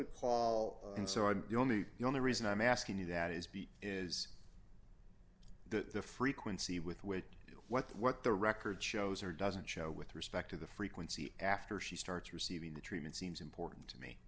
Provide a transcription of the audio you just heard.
recall and so on the only the only reason i'm asking you that is b is the frequency with which you know what what the record shows or doesn't show with respect to the frequency after she starts receiving the treatment seems important to me